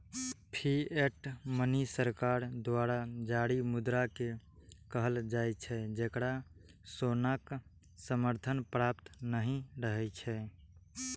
fiat money सरकार द्वारा जारी मुद्रा कें कहल जाइ छै, जेकरा सोनाक समर्थन प्राप्त नहि रहै छै